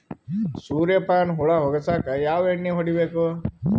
ಸುರ್ಯಪಾನ ಹುಳ ಹೊಗಸಕ ಯಾವ ಎಣ್ಣೆ ಹೊಡಿಬೇಕು?